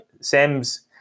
sam's